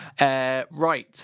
Right